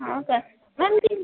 हा काय नाही मग ते